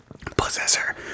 Possessor